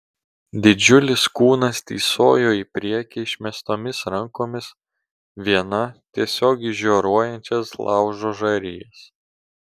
didžiulis kūnas tįsojo į priekį išmestomis rankomis viena tiesiog į žioruojančias laužo žarijas